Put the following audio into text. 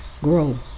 Grow